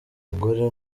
mugore